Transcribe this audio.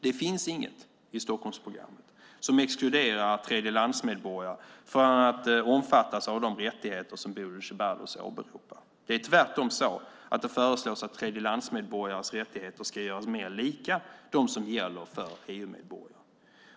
Det finns inget i Stockholmsprogrammet som exkluderar tredjelandsmedborgare från att omfattas av de rättigheter som Bodil Ceballos åberopar. Det är tvärtom så att det föreslås att tredjelandsmedborgares rättigheter ska göras mer lika dem som gäller för EU-medborgare.